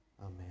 Amen